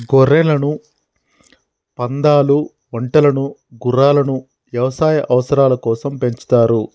గొర్రెలను, పందాలు, ఒంటెలను గుర్రాలను యవసాయ అవసరాల కోసం పెంచుతారు